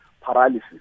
paralysis